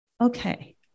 Okay